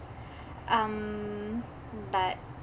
um but